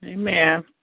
Amen